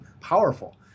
powerful